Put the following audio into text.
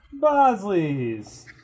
Bosley's